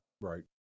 Right